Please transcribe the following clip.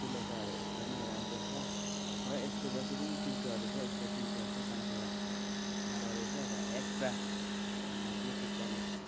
ठुलो छ र एकदमै राम्रो छ र यसको जति पनि ट्युटरहरू छ यसको ट्युटर चाहिँ पाँचवटा हुँदोरहेछ र एक्स्ट्रा ब्लुतुथ कनेक्ट